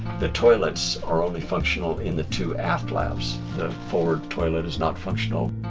the toilets are only functional in the two aft lavs. the forward toilet is not functional.